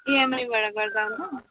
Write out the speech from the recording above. इएमआइबाट गर्दा हुन्छ